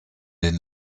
den